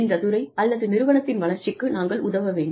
இந்த துறை அல்லது நிறுவனத்தின் வளர்ச்சிக்கு நாங்கள் உதவ வேண்டும்